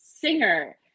singer